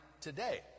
today